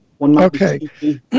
Okay